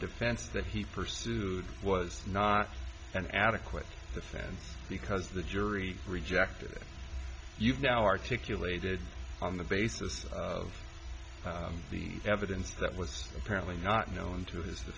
defense that he pursued was not an adequate defense because the jury rejected you've now articulated on the basis of the evidence that was apparently not known to his